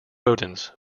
rodents